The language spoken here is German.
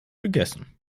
gegessen